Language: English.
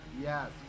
yes